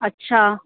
अच्छा